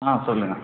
ஆ சொல்லுங்கள்